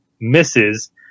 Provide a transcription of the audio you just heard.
misses